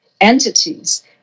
entities